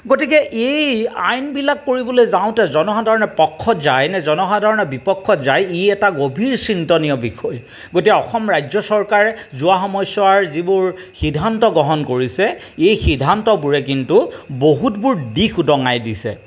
গতিকে এই আইনবিলাক কৰিবলৈ যাওঁতে জনসাধাৰণে পক্ষত যায় নে জনসাধাৰণে বিপক্ষত যায় ই এটা গভীৰ চিন্তনীয় বিষয় গতিকে অসম ৰাজ্য চৰকাৰে যোৱা সময়ছোৱাৰ যিবোৰ সিদ্ধান্ত গ্ৰহণ কৰিছে এই সিদ্ধান্তবোৰে কিন্তু বহুতবোৰ দিশ উদঙাই দিছে